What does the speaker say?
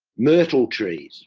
myrtle trees